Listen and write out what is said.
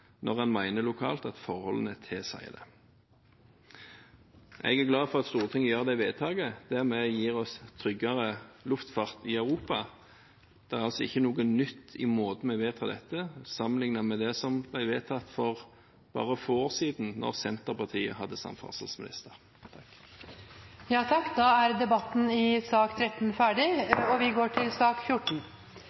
når en lokalt mener at forholdene tilsier det. Jeg er glad for at Stortinget gjør dette vedtaket som gir oss tryggere luftfart i Europa. Det er ikke noe nytt i måten en vedtar dette på, sammenlignet med det som ble vedtatt for bare få år siden da Senterpartiet hadde samferdselsministeren. Flere har ikke bedt om ordet til sak